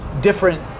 different